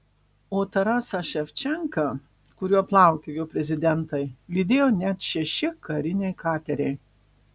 o tarasą ševčenką kuriuo plaukiojo prezidentai lydėjo net šeši kariniai kateriai